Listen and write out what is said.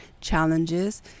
challenges